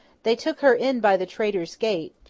they took her in by the traitor's gate,